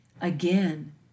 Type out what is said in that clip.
Again